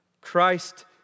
Christ